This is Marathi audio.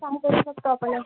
काम करू शकतो आपलं